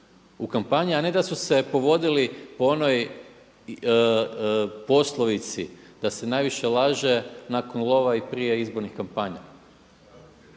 u kampanji a ne da su se povodili po onoj poslovici da se najviše laže nakon lova i prije izbornih kampanja.